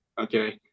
Okay